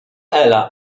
ela